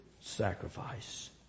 sacrifice